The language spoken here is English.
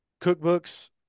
cookbooks